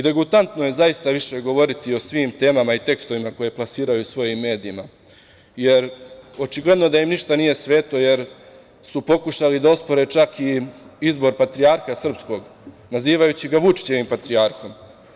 Degutantno je zaista više govoriti o svim temama i tekstovima koje plasiraju u svojim medijima, jer očigledno da im ništa nije sveto, jer su pokušali da ospore čak i izbor patrijarha srpskog nazivajući ga Vučićevim patrijarhom.